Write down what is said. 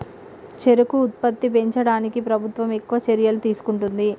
చెరుకు ఉత్పత్తి పెంచడానికి ప్రభుత్వం ఎక్కువ చర్యలు తీసుకుంటుంది